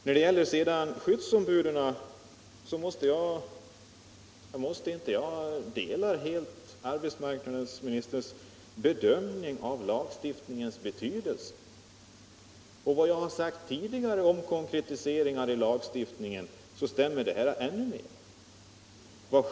När det sedan gäller skyddsombuden delar jag helt arbetsmarknadsministerns bedömning av lagstiftningens betydelse. Vad jag har sagt tidigare om behovet av kompletteringar i lagstiftningen stämmer ännu mer här.